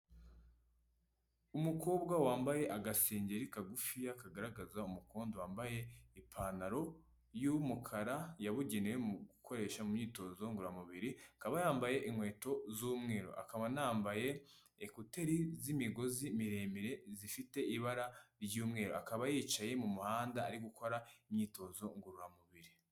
Umukobwa wambaye agashengeri kagufiya kagaragaza umukondo, wambaye ipantaro y'umukara yabugenewe mu gukoresha mu myitozo ngoramubiri, akaba yambaye inkweto z'umweru, akaba anambaye ekuteri z'imigozi miremire zifite ibara ry'umweru, akaba yicaye mu muhanda ari gukora imyitozo ngororamubiri.